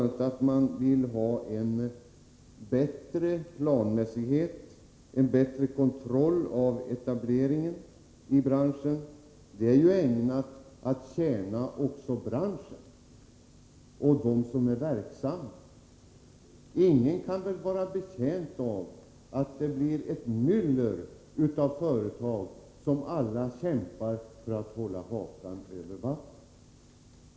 En bättre planmässighet och bättre kontroll av etableringen i branschen tjänar ju också branschen och dem som är verksamma där. Ingen kan väl vara betjänt av att det blir ett myller av företag som alla kämpar för att hålla hakan över vattnet.